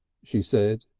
she said.